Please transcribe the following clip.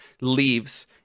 leaves